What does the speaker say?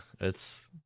it's-